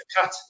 cut